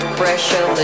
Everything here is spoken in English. pressure